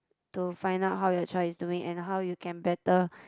to find out how your child is doing and how you can better